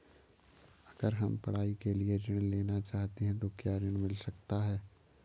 अगर हम पढ़ाई के लिए ऋण लेना चाहते हैं तो क्या ऋण मिल सकता है?